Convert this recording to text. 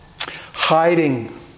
Hiding